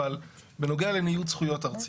אבל בנוגע לניוד זכויות ארצי,